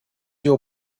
your